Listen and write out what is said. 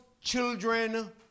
children